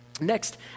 Next